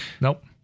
Nope